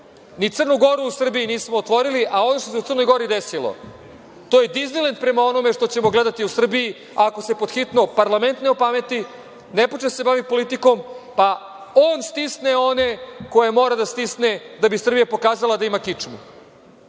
Ni Crnu Goru u Srbiji nismo otvorili, a ono što se u Crnoj Gori desilo je Diznilend prema onome što ćemo gledati u Srbiji, ako se podhitno parlament ne opameti, ne počne da se bavi politikom, pa on stisne one koje mora da stisne da bi Srbija pokazala da ima kičmu.